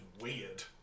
weird